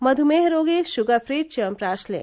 मध्मेह रोगी शुगरफ्री च्यवनप्राश लें